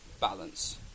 balance